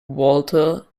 walter